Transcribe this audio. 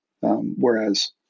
whereas